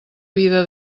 vida